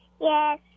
Yes